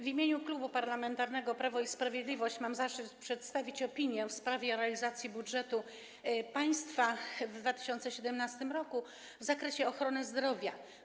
W imieniu Klubu Parlamentarnego Prawo i Sprawiedliwość mam zaszczyt przedstawić opinię w sprawie realizacji budżetu państwa w 2017 r. w zakresie ochrony zdrowia.